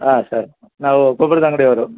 ಹಾಂ ಸರ್ ನಾವು ಗೊಬ್ರದ ಅಂಗಡಿಯವ್ರು